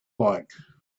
like